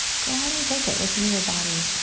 go ahead and take it. listen to your body.